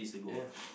ya